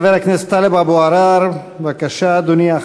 חבר הכנסת טלב אבו עראר, בבקשה, אדוני.